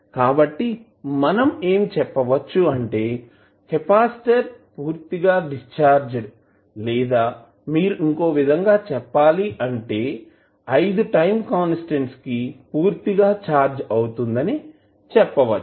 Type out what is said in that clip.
కాబట్టి మనం ఏమి చెప్పవచ్చు అంటే కెపాసిటర్ పూర్తిగా డిశ్చార్జెడ్ లేదా మీరు ఇంకోవిధంగా చెప్పాలి అంటే 5 టైం కాన్స్టాంట్స్ కి పూర్తిగా ఛార్జ్ అవుతుంది అని చెప్పవచ్చు